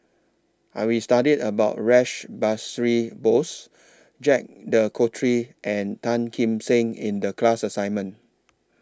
Are We studied about Rash Behari Bose Jacques De Coutre and Tan Kim Seng in The class assignment